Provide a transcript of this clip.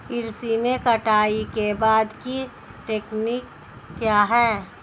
कृषि में कटाई के बाद की तकनीक क्या है?